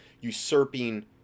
usurping